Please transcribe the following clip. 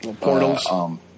portals